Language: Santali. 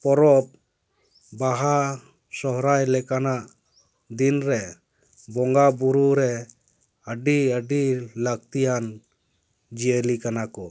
ᱯᱚᱨᱚᱵᱽ ᱵᱟᱦᱟ ᱥᱚᱨᱦᱟᱭ ᱞᱮᱠᱟᱱᱟᱜ ᱫᱤᱱ ᱨᱮ ᱵᱚᱸᱜᱟ ᱵᱩᱨᱩ ᱨᱮ ᱟᱹᱰᱤ ᱟᱹᱰᱤ ᱞᱟᱹᱠᱛᱤᱭᱟᱱ ᱡᱤᱭᱟᱹᱞᱤ ᱠᱟᱱᱟ ᱠᱚ